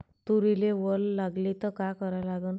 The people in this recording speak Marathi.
तुरीले वल लागली त का करा लागन?